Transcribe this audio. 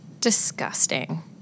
disgusting